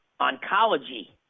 Oncology